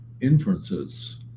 inferences